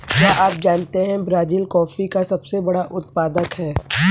क्या आप जानते है ब्राज़ील कॉफ़ी का सबसे बड़ा उत्पादक है